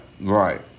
Right